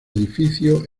edificio